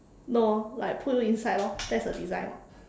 no like put you inside lor that's a design [what]